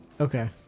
Okay